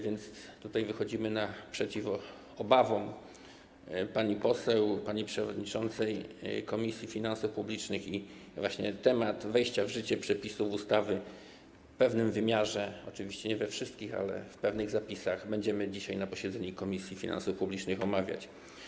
Wychodzimy naprzeciw obawom pani poseł, pani przewodniczącej Komisji Finansów Publicznych, i temat wejścia w życie przepisów ustawy w pewnym wymiarze, oczywiście nie we wszystkich, ale w pewnych zapisach, będziemy dzisiaj na posiedzeniu Komisji Finansów Publicznych omawiać.